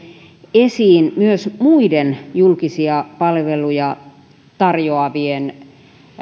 esiin myös muiden julkisia palveluja tarjoavien